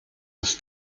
das